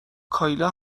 کایلا